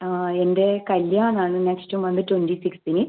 എൻ്റെ കല്ല്യാണം ആണ് നെക്സ്റ്റ് മന്ത് ട്വൻ്റി സിക്സ്ത്തിന്